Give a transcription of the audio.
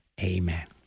Amen